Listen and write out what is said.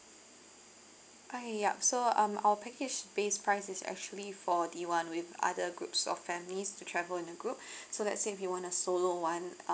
okay yup so um our package base price is actually for the one with other groups of families to travel in a group so let's say if you want a solo one